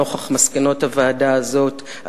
במיוחד נוכח מסקנות הוועדה הזאת,